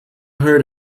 heard